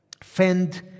Fend